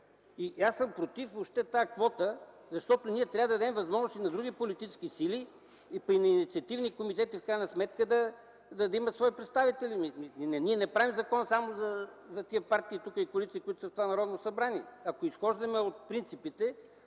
Аз съм против тази квота, защото ние трябва да дадем възможност и на други политически сили, а и на инициативни комитети да имат в крайна сметка свои представители. Ние не правим закон само за тези партии и коалиции, които са в това Народно събрание. Ако изхождаме от принципите